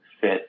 fit